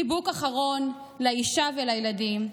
/ חיבוק אחרון לאישה ולילדים,